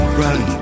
run